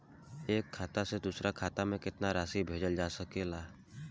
एक खाता से दूसर खाता में केतना राशि भेजल जा सके ला?